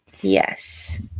yes